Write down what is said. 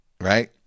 right